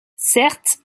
certes